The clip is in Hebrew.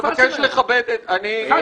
אני מבקש לכבד את --- חאג',